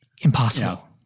impossible